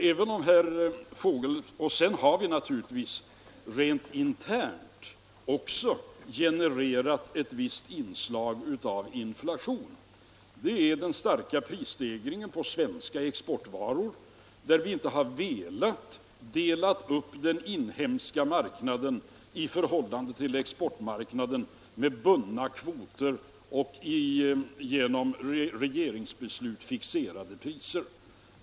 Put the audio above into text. Också rent internt har vi naturligtvis genererat ett visst inslag av inflation. Det är den starka prisstegringen på svenska exportvaror, där vi inte har velat dela upp den inhemska marknaden i förhållande till exportmarknaden med bundna kvoter och genom regeringsbeslut fixerade priser.